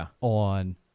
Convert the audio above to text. on